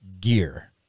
gear